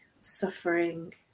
suffering